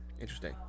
Interesting